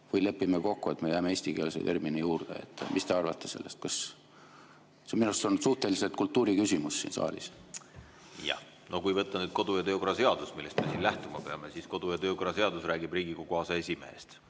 või lepime kokku, et jääme eestikeelse termini juurde? Mis te arvate sellest? See on minu arust kultuuri küsimus siin saalis. Kui võtta kodu- ja töökorra seadus, millest me lähtuma peame, siis kodu- ja töökorra seadus räägib Riigikogu aseesimehest